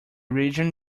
region